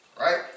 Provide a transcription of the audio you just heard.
right